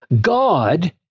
God